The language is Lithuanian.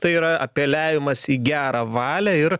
tai yra apeliavimas į gerą valią ir